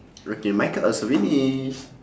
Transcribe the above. okay my card also finish